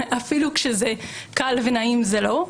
אפילו כשזה קל ונעים זה לא.